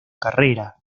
carrera